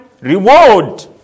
reward